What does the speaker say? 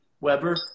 Weber